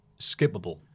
skippable